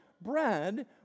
bread